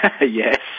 Yes